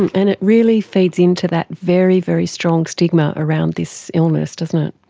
and it really feeds into that very, very strong stigma around this illness, doesn't it.